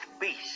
beast